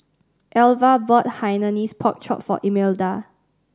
Elva bought Hainanese Pork Chop for Imelda